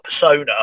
persona